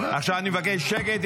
עכשיו אני מבקש שקט.